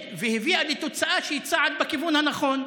והביאה לתוצאה שהיא צעד בכיוון הנכון.